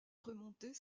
remontée